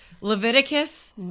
Leviticus